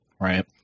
right